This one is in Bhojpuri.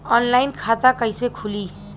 ऑनलाइन खाता कइसे खुली?